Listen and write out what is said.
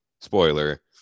Spoiler